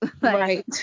right